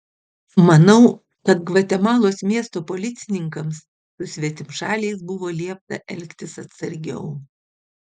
manau kad gvatemalos miesto policininkams su svetimšaliais buvo liepta elgtis atsargiau